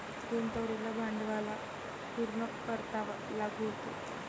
गुंतवलेल्या भांडवलाला पूर्ण परतावा लागू होतो